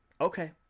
Okay